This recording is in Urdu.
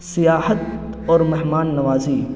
سیاحت اور مہمان نوازی